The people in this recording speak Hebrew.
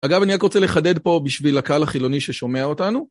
אגב, אני רק רוצה לחדד פה בשביל הקהל החילוני ששומע אותנו.